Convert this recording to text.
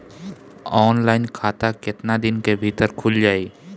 Online खाता केतना दिन के भीतर ख़ुल जाई?